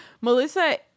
Melissa